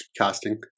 casting